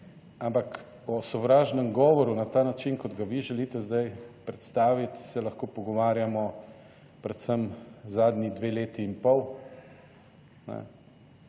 ampak o sovražnem govoru na ta način kot ga vi želite zdaj predstaviti, se lahko pogovarjamo predvsem zadnji dve leti in pol.